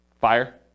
Fire